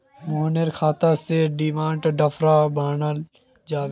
मोहनेर खाता स डिमांड ड्राफ्ट बनाल जाबे